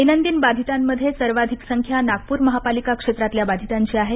दैनंदिन बाधितांमध्ये सर्वाधिक संख्या नागपूर महापालिका क्षेत्रातल्या बाधितांची आहे